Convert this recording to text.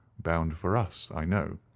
bound for us, i know.